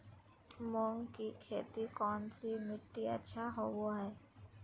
मूंग की खेती कौन सी मिट्टी अच्छा होबो हाय?